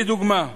לדוגמה,